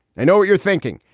i know what you're thinking.